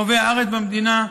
אוהבי הארץ והמדינה,